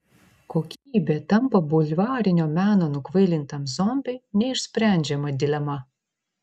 kokybė tampa bulvarinio meno nukvailintam zombiui neišsprendžiama dilema